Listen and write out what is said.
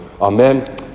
Amen